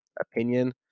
opinion